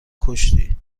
کشتی